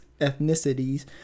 ethnicities